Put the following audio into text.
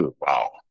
wow